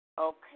Okay